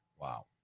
Wow